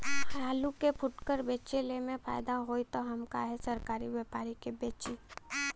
आलू के फूटकर बेंचले मे फैदा होई त हम काहे सरकारी व्यपरी के बेंचि?